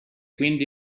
quindi